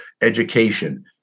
education